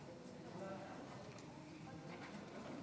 הסתייגות 57 לא נתקבלה.